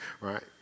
Right